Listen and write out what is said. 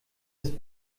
ist